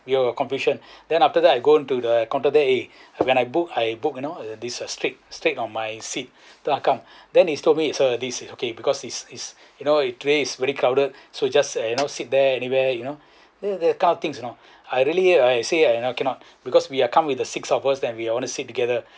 you are confusion then after that I go into the counter there eh how can I book I book you know these are strict strict on my seat so how come then he told me sir this is okay because is is you know is today is very crowded so just say you know sit there anywhere you know that kind of things you know I really I say cannot because we are come with the six of us then we want to sit together